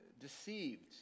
deceived